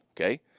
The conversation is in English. okay